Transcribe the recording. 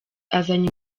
azanye